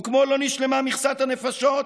וכמו לא נשלמה מכסת הנפשות,